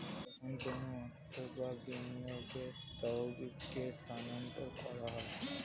যখন কোনো অর্থ বা বিনিয়োগের তহবিলকে স্থানান্তর করা হয়